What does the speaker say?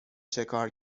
چکار